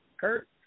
Kurt